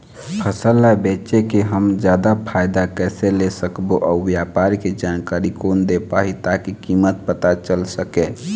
फसल ला बेचे के हम जादा फायदा कैसे ले सकबो अउ व्यापार के जानकारी कोन दे पाही ताकि कीमत पता चल सके?